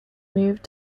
move